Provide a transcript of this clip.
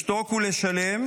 לשתוק ולשלם,